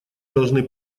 должны